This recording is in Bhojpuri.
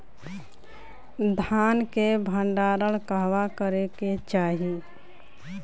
धान के भण्डारण कहवा करे के चाही?